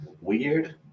weird